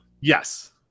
Yes